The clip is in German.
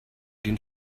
den